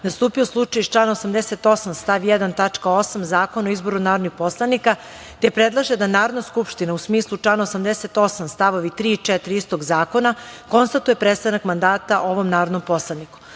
nastupio slučaj iz člana 78. stav 1. tačka 8. Zakona o izboru narodnih poslanika, te predlaže da Narodna skupština u smislu člana 88. stavovi 3. i 4. istog Zakona, konstatuje prestanak mandata ovom narodnom poslaniku. Saglasno